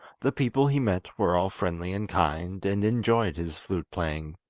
the people he met were all friendly and kind, and enjoyed his flute-playing,